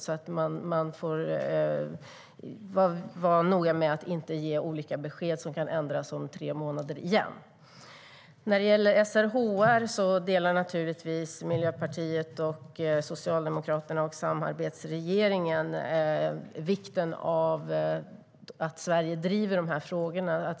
Man får vara noga med att inte ge olika besked som kan ändras om tre månader igen. Miljöpartiet, Socialdemokraterna och samarbetsregeringen har naturligtvis samma syn på vikten av att Sverige driver SRHR-frågorna.